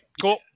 cool